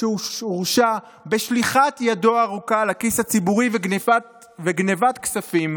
שהורשע בשליחת ידו הארוכה לכיס הציבור וגנבת כספים,